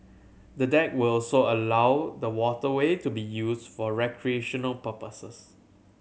the deck will also allow the waterway to be used for recreational purposes